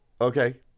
okay